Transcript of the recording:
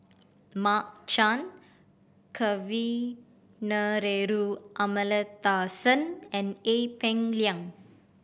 Mark Chan Kavignareru Amallathasan and Ee Peng Liang